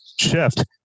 shift